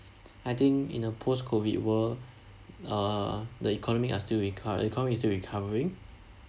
I think in a post COVID world uh the economic are still recov~ the economic is still recovering